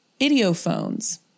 idiophones